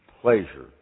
pleasure